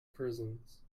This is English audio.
prisons